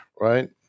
right